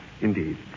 Indeed